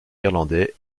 irlandais